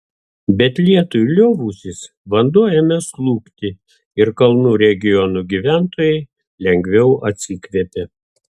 bet lietui liovusis vanduo ėmė slūgti ir kalnų regionų gyventojai lengviau atsikvėpė